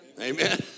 Amen